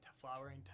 flowering